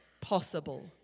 possible